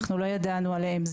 אנחנו לא ידענו עליהם.